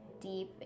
deep